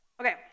Okay